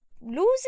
losing